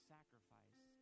Sacrifice